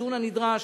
ובאיזון הנדרש